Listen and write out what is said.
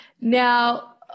Now